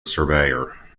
surveyor